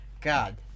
God